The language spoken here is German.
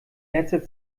letzter